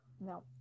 No